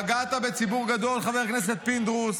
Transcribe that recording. פגעת בציבור גדול, חבר כנסת פינדרוס.